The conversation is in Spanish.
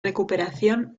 recuperación